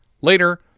Later